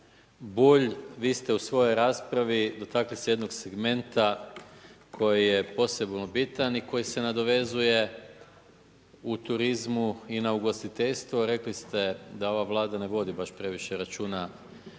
Bulj, vi ste u svojoj raspravi dotakli se jednog segmenta koji je posebno bitan i koji se nadovezuje u turizmu i na ugostiteljstvu, rekao ste da ova Vlada ne vodi baš previše računa